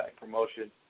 promotion